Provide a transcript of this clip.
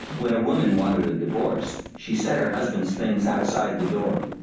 when a woman wanted a divorce, she set her husband's things outside the door.